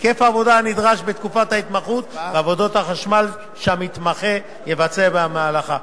היקף העבודה הנדרש בתקופת ההתמחות ועבודות החשמל שהמתמחה יבצע במהלכה,